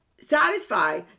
satisfy